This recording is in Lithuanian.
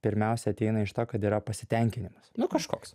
pirmiausia ateina iš to kad yra pasitenkinimas nu kažkoks